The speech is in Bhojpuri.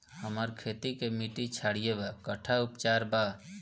हमर खेत के मिट्टी क्षारीय बा कट्ठा उपचार बा?